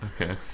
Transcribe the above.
Okay